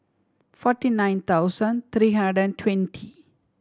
forty nine thousand three hundred and twenty